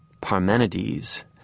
Parmenides